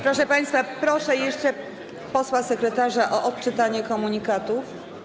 Proszę państwa, proszę jeszcze posła sekretarza o odczytanie komunikatów.